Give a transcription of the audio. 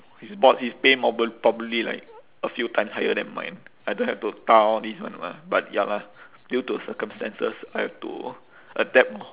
he's bought his pay more probably like a few times higher than mine I don't have to ta all this [one] mah but ya lah due to circumstances I have to adapt orh